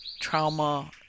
trauma